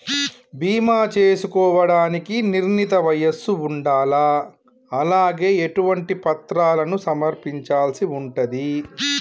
బీమా చేసుకోవడానికి నిర్ణీత వయస్సు ఉండాలా? అలాగే ఎటువంటి పత్రాలను సమర్పించాల్సి ఉంటది?